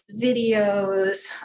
videos